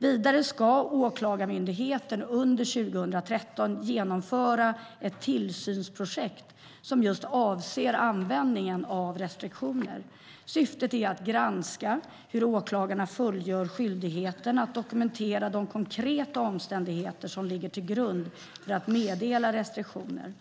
Vidare ska Åklagarmyndigheten under 2013 genomföra ett tillsynsprojekt som avser just användningen av restriktioner. Syftet är att granska hur åklagarna fullgör skyldigheten att dokumentera de konkreta omständigheterna som ligger till grund för att meddela restriktioner.